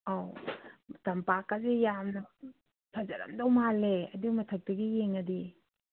ꯑꯧ ꯇꯝꯄꯥꯛꯀꯁꯤ ꯌꯥꯝꯅ ꯐꯖꯔꯝꯗꯧ ꯃꯥꯜꯂꯦ ꯑꯗꯨ ꯃꯊꯛꯇꯒꯤ ꯌꯦꯡꯉꯗꯤ